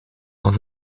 als